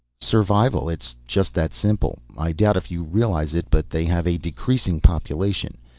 survival it's just that simple. i doubt if you realize it, but they have a decreasing population.